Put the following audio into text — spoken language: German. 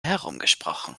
herumgesprochen